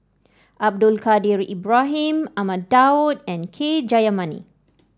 Abdul Kadir Ibrahim Ahmad Daud and K Jayamani